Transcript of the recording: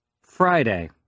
Friday